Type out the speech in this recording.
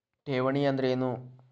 ಠೇವಣಿ ಅಂದ್ರೇನು?